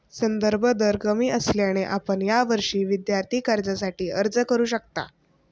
संदर्भ दर कमी असल्याने आपण यावर्षी विद्यार्थी कर्जासाठी अर्ज करू शकता